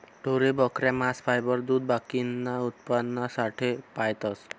ढोरे, बकऱ्या, मांस, फायबर, दूध बाकीना उत्पन्नासाठे पायतस